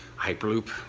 Hyperloop